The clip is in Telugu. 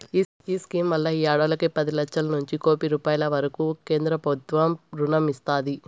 ఈ స్కీమ్ వల్ల ఈ ఆడోల్లకి పది లచ్చలనుంచి కోపి రూపాయిల వరకూ కేంద్రబుత్వం రుణం ఇస్తాది